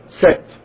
set